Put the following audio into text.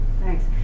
Thanks